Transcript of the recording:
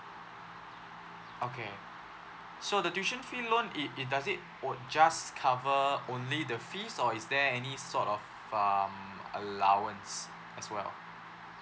okay so the tuition fee loan it does it would just cover only the fees or is there any sort of um allowance as well